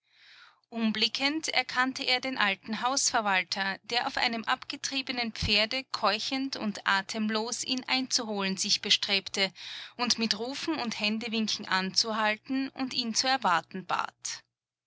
umblickend erkannte er den alten hausverwalter der auf einem abgetriebenen pferde keuchend und atemlos ihn einzuholen sich bestrebte und mit rufen und händewinken anzuhalten und ihn zu erwarten bat